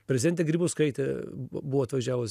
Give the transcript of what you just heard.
prezidentė grybauskaitė buvo atvažiavus